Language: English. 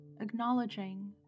Acknowledging